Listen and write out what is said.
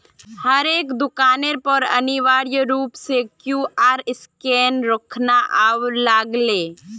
हरेक दुकानेर पर अनिवार्य रूप स क्यूआर स्कैनक रखवा लाग ले